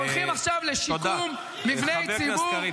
-- שהולכים עכשיו לשיקום מבני ציבור